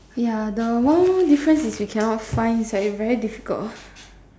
ya the one more difference is we cannot find it's like very difficult